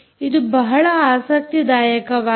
ಇದು ಬಹಳ ಆಸಕ್ತಿದಾಯಕವಾಗಿದೆ